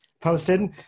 posted